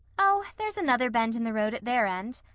oh, there's another bend in the road at their end,